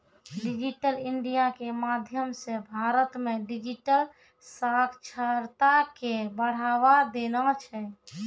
digital India के माध्यम से भारत मे डिजिटल साक्षरता के बढ़ावा देना छै